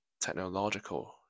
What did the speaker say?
technological